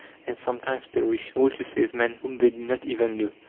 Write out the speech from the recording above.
and sometimes perish, all to save men whom they do not even know.